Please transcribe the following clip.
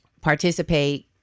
Participate